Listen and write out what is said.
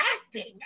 acting